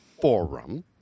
forum